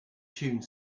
tune